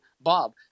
Bob